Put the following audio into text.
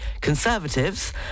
conservatives